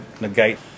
negate